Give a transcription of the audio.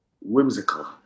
whimsical